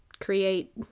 create